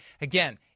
Again